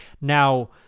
Now